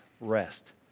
rest